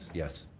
yes.